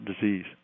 disease